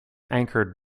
anchored